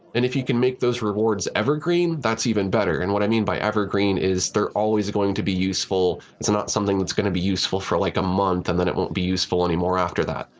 and if you can make those rewards evergreen, that's even better. and what i mean by evergreen is they're always going to be useful. it's not something that's going to be useful for like a month and then it won't be useful anymore after that.